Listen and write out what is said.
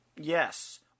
Yes